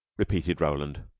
repeated roland.